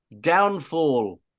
Downfall